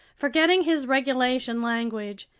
forgetting his regulation language,